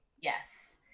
Yes